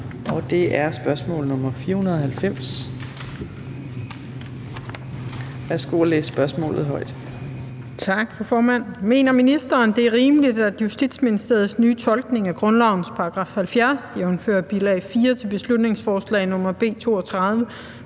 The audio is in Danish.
at læse spørgsmålet højt. Kl. 15:30 Ellen Trane Nørby (V): Tak, formand. Mener ministeren, det er rimeligt, at Justitsministeriets nye tolkning af grundlovens § 70, jf. bilag 4 til beslutningsforslag nr. B 32